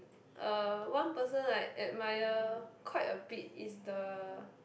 uh one person I admire quite a bit is the